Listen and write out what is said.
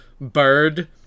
Bird